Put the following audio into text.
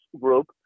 group